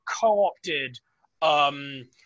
co-opted